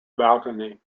balcony